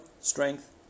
strength